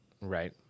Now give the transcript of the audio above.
Right